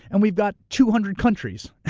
and we've got two hundred countries,